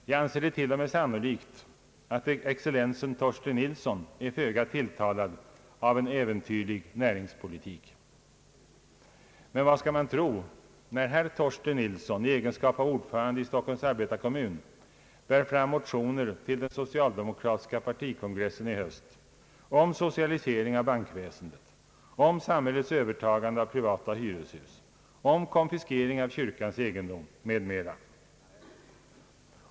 Jag anser det till och med sannolikt att excellensen Torsten Nilsson är föga tilltalad av en äventyrlig näringspolitik. Men vad skall man tro när herr Torsten Nilsson, i egenskap av ordförande i Stockholms arbetarekommun, bär fram motioner till den socialdemokratiska partikongressen i höst om socialisering av bankväsendet, om samhällets övertagande av privata hyreshus, om konfiskering av kyrkans egendom m.m.?